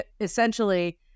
essentially